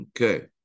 Okay